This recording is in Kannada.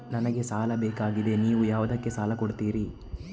ನನಗೆ ಸಾಲ ಬೇಕಾಗಿದೆ, ನೀವು ಯಾವುದಕ್ಕೆ ಸಾಲ ಕೊಡ್ತೀರಿ?